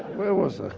where was